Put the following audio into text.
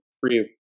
free